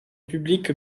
publique